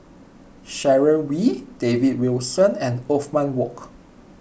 Sharon Wee David Wilson and Othman Wok